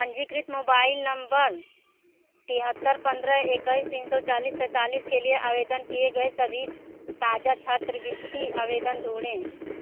पंजीकृत mobile number तिहत्तर पंद्रह एकईस तीन सौ चालीस सैंतालीस के लिए आवेदन किए गए सभी ताज़ा छात्रवृत्ति आवेदन ढूँढें